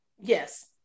Yes